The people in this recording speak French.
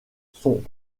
sont